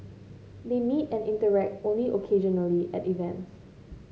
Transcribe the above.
they meet and interact only occasionally at events